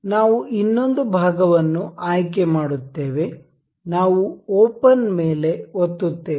ನಾವು ಇನ್ನೊಂದು ಭಾಗವನ್ನು ಆಯ್ಕೆ ಮಾಡುತ್ತೇವೆ ನಾವು ಓಪನ್ ಮೇಲೆ ಒತ್ತುತ್ತೇವೆ